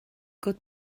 good